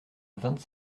vingt